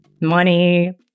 money